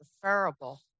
preferable